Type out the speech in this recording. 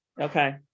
Okay